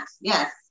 yes